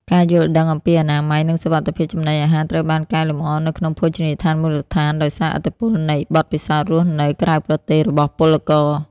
ការយល់ដឹងអំពីអនាម័យ និងសុវត្ថិភាពចំណីអាហារត្រូវបានកែលម្អនៅក្នុងភោជនីយដ្ឋានមូលដ្ឋាន ដោយសារឥទ្ធិពលនៃបទពិសោធន៍រស់នៅក្រៅប្រទេសរបស់ពលករ។